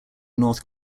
north